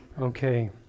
Okay